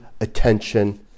attention